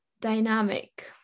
dynamic